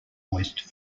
moist